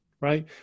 right